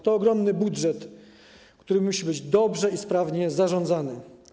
To ogromny budżet, który musi być dobrze i sprawnie zarządzany.